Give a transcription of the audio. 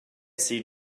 see